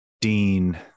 Dean